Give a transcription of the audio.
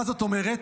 מה זאת אומרת?